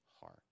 heart